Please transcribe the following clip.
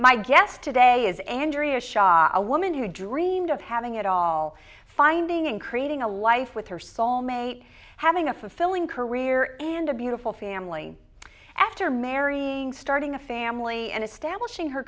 my guest today is andrea shock a woman who dreamed of having it all finding and creating a life with her soulmate having a fulfilling career and a beautiful family after marrying starting a family and establishing her